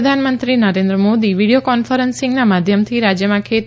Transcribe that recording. પ્રધાનમંત્રી નરેન્દ્ર મોદી વીડિયો કોન્ફરન્સિંગના માધ્યમથી રાજ્યમાં ખેતી